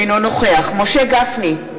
אינו נוכח משה גפני,